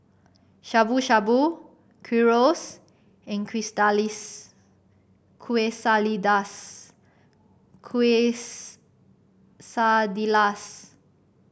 Shabu Shabu Gyros and Quesadillas